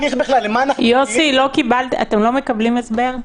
יוסי, אתם לא מקבלים הסבר?